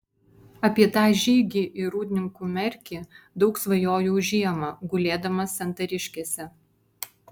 apie tą žygį į rūdninkų merkį daug svajojau žiemą gulėdamas santariškėse